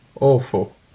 Awful